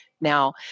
Now